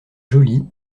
jolie